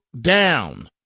down